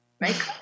Right